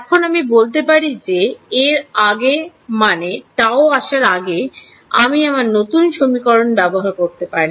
এখন আমরা বলতে পারি যে এর আগে মানে tau আসার আগে আমি আমার নতুন সমীকরণ ব্যবহার করতে পারি